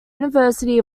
university